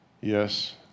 Yes